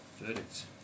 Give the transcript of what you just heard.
Verdict